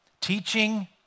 Teaching